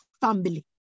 family